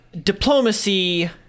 diplomacy